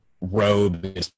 robe